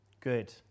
Good